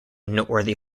noteworthy